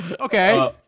Okay